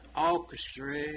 orchestra